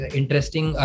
interesting